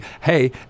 hey